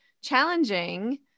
challenging